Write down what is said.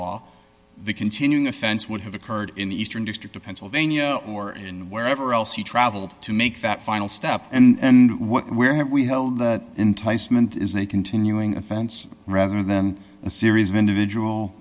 law the continuing offense would have occurred in the eastern district of pennsylvania or in wherever else he traveled to make that final step and what where have we held that enticement is a continuing offense rather than a series of individual